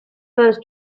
first